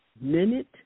minute